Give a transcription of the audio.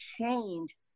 change